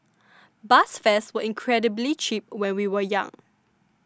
bus fares were incredibly cheap when we were young